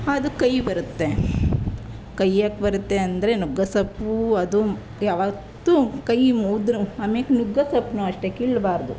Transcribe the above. ಅದು ಕಹಿ ಬರುತ್ತೆ ಕಹಿ ಯಾಕೆ ಬರುತ್ತೆ ಅಂದರೆ ನುಗ್ಗೆಸೊಪ್ಪು ಅದು ಯಾವತ್ತೂ ಕಹಿ ಮುದ್ರೆ ಆಮೇಲೆ ನುಗ್ಗಸೊಪ್ಪನ್ನು ಅಷ್ಟೇ ಕೀಳಬಾರ್ದು